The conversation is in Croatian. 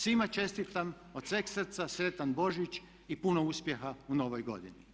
Svima čestitam od sveg srca sretan Božić i puno uspjeha u novoj godini!